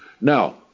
Now